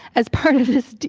as part of this deal,